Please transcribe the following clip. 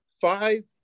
Five